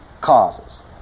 causes